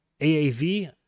aav